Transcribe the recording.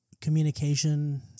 communication